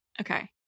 okay